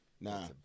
Nah